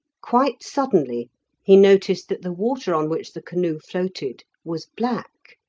quite suddenly he noticed that the water on which the canoe floated was black.